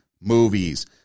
movies